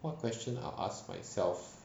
what question I'll ask myself